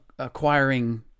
Acquiring